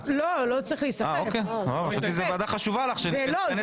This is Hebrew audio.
רציתי לדעת כי זה היה